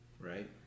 right